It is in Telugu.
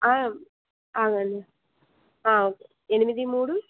అవునండి ఓకే ఎనిమిది మూడు